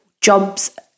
Jobs